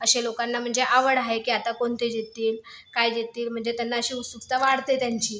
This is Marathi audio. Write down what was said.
असे लोकांना म्हणजे आवड आहे की आता कोणते जिंकतील काय जिंकतील म्हणजे त्यांना अशी उत्सुकता वाढते त्यांची